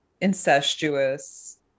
incestuous